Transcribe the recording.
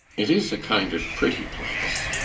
it is a kind of pretty place.